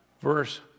verse